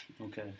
Okay